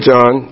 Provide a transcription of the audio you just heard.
John